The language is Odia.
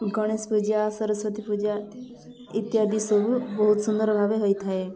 ଗଣେଶ ପୂଜା ସରସ୍ୱତୀ ପୂଜା ଇତ୍ୟାଦି ସବୁ ବହୁତ ସୁନ୍ଦର ଭାବେ ହୋଇଥାଏ